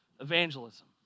evangelism